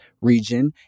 region